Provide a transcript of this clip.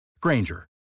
Granger